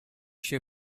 się